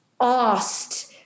asked